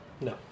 No